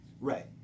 Right